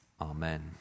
amen